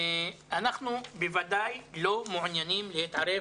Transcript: אנחנו בוודאי לא מעוניינים להתערב,